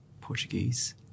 Portuguese